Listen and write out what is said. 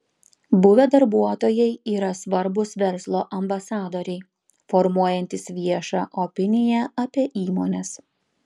buvę darbuotojai yra svarbūs verslo ambasadoriai formuojantys viešą opiniją apie įmones